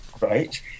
Right